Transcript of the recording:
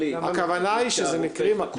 הכוונה היא שאלה מקרים אקוטיים.